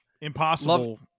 impossible